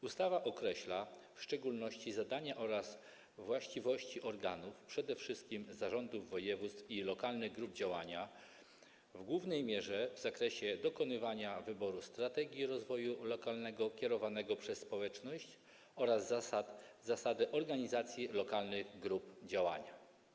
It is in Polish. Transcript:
Ustawa określa w szczególności zadania oraz właściwość organów, przede wszystkim zarządów województw i lokalnych grup działania, w głównej mierze w zakresie dokonywania wyboru strategii rozwoju lokalnego kierowanego przez społeczność, oraz zasady organizacji lokalnych grup działania.